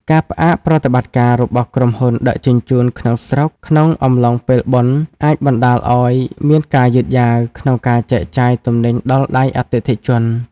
ការផ្អាកប្រតិបត្តិការរបស់ក្រុមហ៊ុនដឹកជញ្ជូនក្នុងស្រុកក្នុងអំឡុងពេលបុណ្យ អាចបណ្តាលឱ្យមានការយឺតយ៉ាវក្នុងការចែកចាយទំនិញដល់ដៃអតិថិជន។